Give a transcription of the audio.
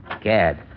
Gad